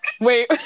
Wait